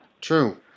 True